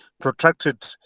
protracted